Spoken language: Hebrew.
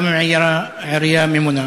גם אם עירייה ממונה,